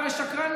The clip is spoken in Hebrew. אם אתה זוכר.